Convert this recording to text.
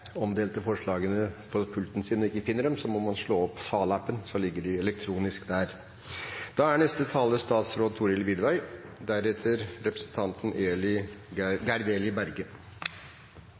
omdelte forslagene på pulten sin, og ikke finner dem, må man slå opp salappen, så ligger de elektronisk der. Vi er